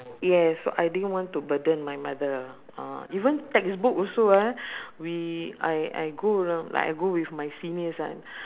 yes so I didn't want to burden my mother uh even textbook also ah we I I go around like I go with my seniors ah